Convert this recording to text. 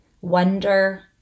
wonder